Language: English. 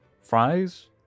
fries